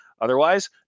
Otherwise